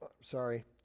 sorry